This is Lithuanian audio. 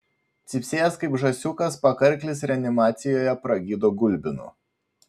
cypsėjęs kaip žąsiukas pakarklis reanimacijoje pragydo gulbinu